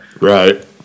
right